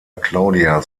claudia